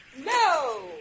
No